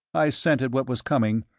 i scented what was coming,